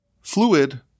fluid